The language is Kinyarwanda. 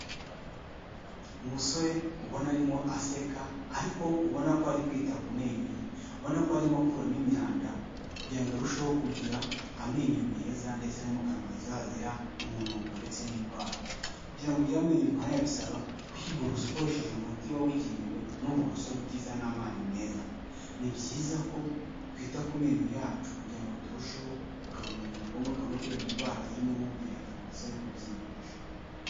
Umusore ubona arimo aseka, ariko ubona ko ari kwita ku menyo ye. Ubona ko arimo akuramo imyanda, kugira ngo arusheho kugira amenyo meza ndetse no mu kanwa hazira umunuko ndetse n'indwara. Kugira ngo ugire amenyo nk'aya bisaba, kwiborosa ukoresheje umuti wabugenewe, n'uburoso bwiza n'amazi meza. Ni byiza ko twita ku menyo yacu kugira ngo turusheho kugabanya umunuko wo mukanwa no kwirinda indwara zirimo nk'ubugendakanwa ndetse no kubyimba amashinya.